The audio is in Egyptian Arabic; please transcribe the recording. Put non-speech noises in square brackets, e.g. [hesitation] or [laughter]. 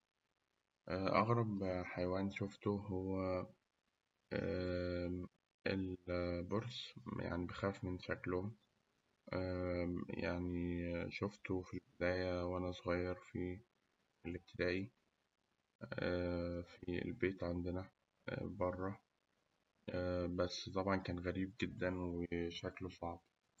أغرب حيوان شوفته هو [hesitation] البرص، يعني بخاف من شكله، يعني شوفته في البداية وأنا صغير في الابتدائي في البينت عندنا برا، [hesitation] طبعاً كان غريب جداً وشكله صعب.